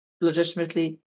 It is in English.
legitimately